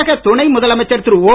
தமிழக துணை முதலமைச்சர் திரு ஓ